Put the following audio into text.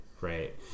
Right